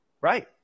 right